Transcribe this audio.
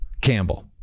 Campbell